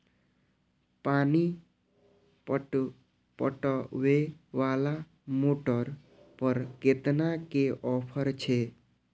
पानी पटवेवाला मोटर पर केतना के ऑफर छे?